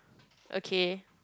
okay